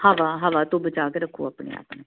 ਹਵਾ ਹਵਾ ਤੋਂ ਬਚਾ ਕੇ ਰੱਖੋ ਆਪਣੇ ਆਪ ਨੂੰ